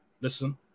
Listen